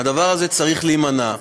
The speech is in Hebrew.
מהדבר הזה צריך להימנע.